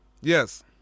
Yes